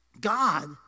God